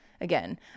again